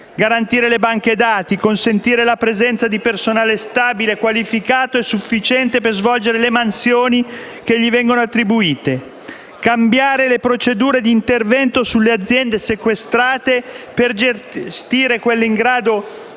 garantire le banche dati, consentire la presenza di personale stabile, qualificato e sufficiente per svolgere le mansioni che gli vengono attribuite, cambiare le procedure di intervento sulle aziende sequestrate per gestire quelle in grado